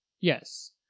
Yes